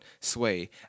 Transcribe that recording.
Sway